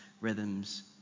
rhythms